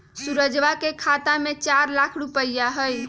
सुरजवा के खाता में चार लाख रुपइया हई